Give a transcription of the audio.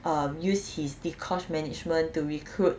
um use his dee kosh management to recruit